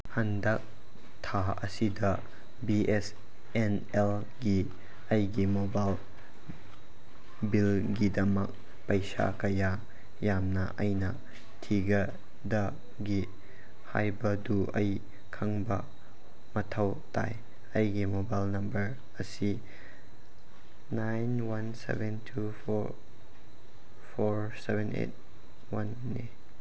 ꯍꯟꯗꯛ ꯊꯥ ꯑꯁꯤꯗ ꯕꯤ ꯑꯦꯁ ꯑꯦꯟ ꯑꯦꯜꯒꯤ ꯑꯩꯒꯤ ꯃꯣꯕꯥꯏꯜ ꯕꯤꯜꯒꯤꯗꯃꯛ ꯄꯩꯁꯥ ꯀꯌꯥ ꯌꯥꯝꯅ ꯑꯩꯅ ꯊꯤꯒꯗꯒꯦ ꯍꯥꯏꯕꯗꯨ ꯑꯩ ꯈꯪꯕ ꯃꯊꯪ ꯇꯥꯏ ꯑꯩꯒꯤ ꯃꯣꯕꯥꯏꯜ ꯅꯝꯕꯔ ꯑꯁꯤ nine one seven two four four seven eight ꯋꯥꯟꯅꯤ